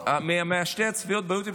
משתי הצפיות ביוטיוב שלך,